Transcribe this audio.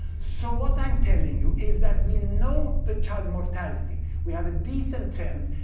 so what i'm telling you is that we know the child mortality. we have a decent trend.